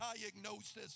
diagnosis